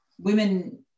Women